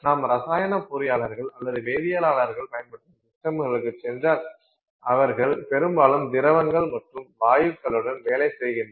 நாம் ரசாயன பொறியாளர்கள் அல்லது வேதியியலாளர்கள் பயன்படுத்தும் சிஸ்டம்களுக்கு சென்றால் அவர்கள் பெரும்பாலும் திரவங்கள் மற்றும் வாயுக்களுடன் வேலை செய்கின்றனர்